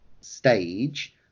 stage